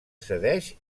cedeix